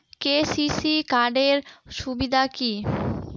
KCC card এর সুবিধা কি?